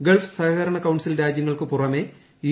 Gulf സഹകരണ council രാജ്യങ്ങൾക്ക് പുറമെ യു